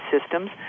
systems